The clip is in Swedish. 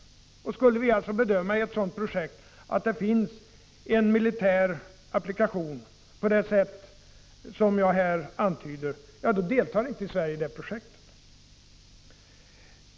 Om vi skulle bedöma att det i något av dessa finns en militär applikation på det sätt jag här antyder, då deltar alltså inte Sverige i det projektet.